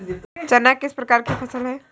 चना किस प्रकार की फसल है?